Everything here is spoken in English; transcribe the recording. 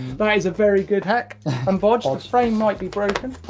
but is a very good hack and bodge. ah the frame might be broken,